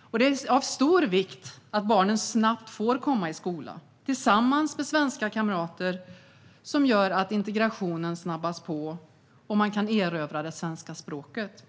och det är av stor vikt att barnen snabbt får börja i skola tillsammans med svenska kamrater. Det gör att integrationen snabbas på och att man kan erövra det svenska språket.